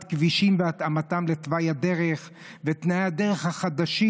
כבישים והתאמתם לתוואי הדרך ולתנאי הדרך החדשים.